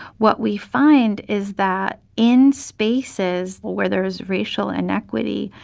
what we find is that in spaces where there is racial inequity,